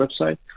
website